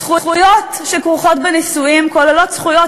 זכויות שכרוכות בנישואים כוללות זכויות